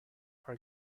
for